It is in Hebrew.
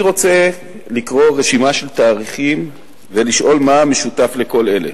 אני רוצה לקרוא רשימה של תאריכים ולשאול מה המשותף לכל אלה,